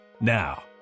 now